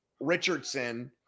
Richardson